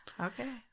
Okay